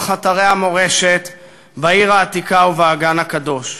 אתרי המורשת בעיר העתיקה ובאגן הקדוש.